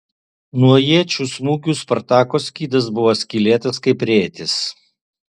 nuo iečių smūgių spartako skydas buvo skylėtas kaip rėtis